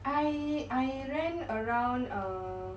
I I ran around err